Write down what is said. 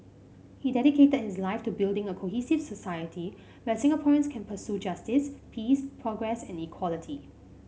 he dedicated his life to building a cohesive society where Singaporeans can pursue justice peace progress and equality